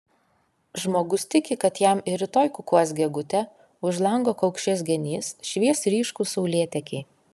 žmogus tiki kad jam ir rytoj kukuos gegutė už lango kaukšės genys švies ryškūs saulėtekiai